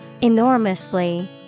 Enormously